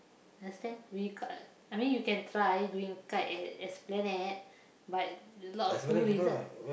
understand we ka~ I mean you can try doing kite at Esplanade but a lot of tourist ah